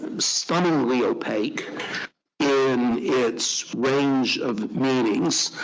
stunningly opaque in its range of meanings.